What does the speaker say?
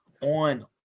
on